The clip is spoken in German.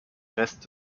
rest